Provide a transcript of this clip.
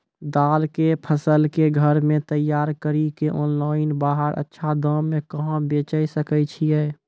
दाल के फसल के घर मे तैयार कड़ी के ऑनलाइन बाहर अच्छा दाम मे कहाँ बेचे सकय छियै?